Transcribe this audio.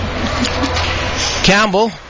Campbell